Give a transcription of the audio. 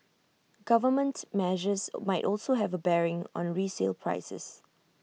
government measures might also have A bearing on resale prices